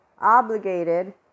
obligated